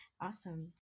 Awesome